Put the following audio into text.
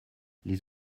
les